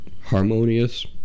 harmonious